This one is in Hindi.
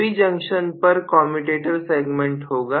सभी जंक्शन पर कमयुटेटर सेगमेंट होगा